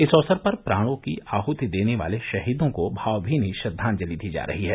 इस अवसर पर प्राणों की आहति देने वाले शहीदों को भावनीनी श्रद्वांजलि दी जा रही है